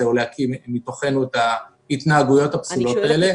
או להקיא מתוכנו את ההתנהגויות הפסולות האלה.